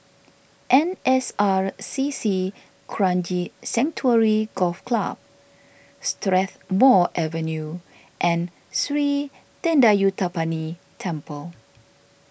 N S R C C Kranji Sanctuary Golf Club Strathmore Avenue and Sri thendayuthapani Temple